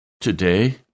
Today